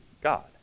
God